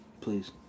Please